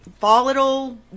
volatile